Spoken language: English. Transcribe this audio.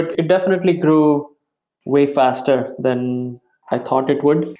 it definitely grew way faster than i thought it would.